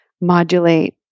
modulate